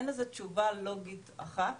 אין לזה תשובה לוגית אחת